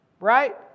right